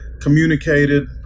communicated